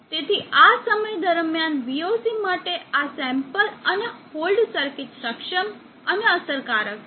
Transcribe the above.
તેથી આ સમય દરમિયાન voc માટે આ સેમ્પલ અને હોલ્ડ સર્કિટ સક્ષમ અને અસરકારક છે